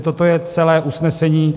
Toto je celé usnesení.